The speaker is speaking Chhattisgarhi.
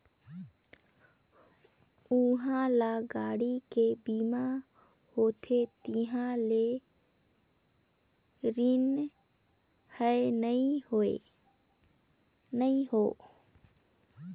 उहां ल गाड़ी के बीमा होथे तिहां ले रिन हें नई हों